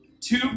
Two